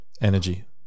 Energy